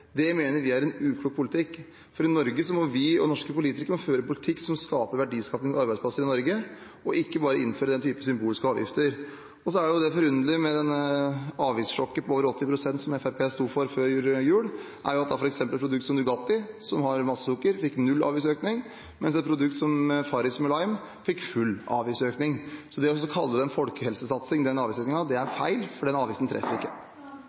i Norge, og ikke bare innføre den type symbolske avgifter. Så er det dette forunderlige med dette avgiftssjokket på over 80 pst., som Fremskrittspartiet sto for før jul, at produkt som f.eks. Nugatti, som har masse sukker, fikk null avgiftsøkning, mens et produkt som Farris med lime fikk full avgiftsøkning. Å kalle den avgiftsøkningen for en folkehelsesatsing er feil, for den avgiften treffer ikke.